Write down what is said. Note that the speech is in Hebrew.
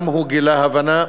וגם הוא גילה הבנה.